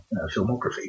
filmography